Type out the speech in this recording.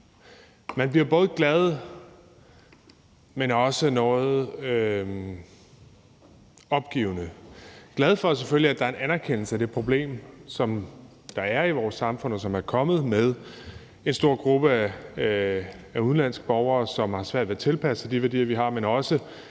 Man bliver både glad, men også noget opgivende. Man bliver selvfølgelig glad for, at der er en anerkendelse af det problem, der er i vores samfund, og som er kommet med en stor gruppe af udenlandske borgere, som har svært ved at tilpasse sig de værdier, vi har. Men man